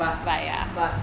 but but